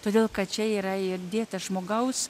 todėl kad čia yra įdėta žmogaus